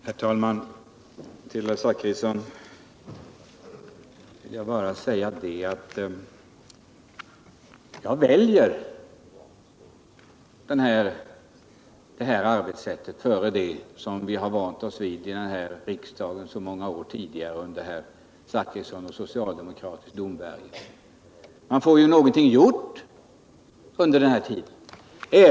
Herr talman! Till herr Zachrisson vill jag bara säga att jag väljer det här arbetssättet framför det som vi under så många år tidigare vant oss vid i den här riksdagen under socialdemokratisk domvärjo. Man får ju någonting gjort under den här tiden.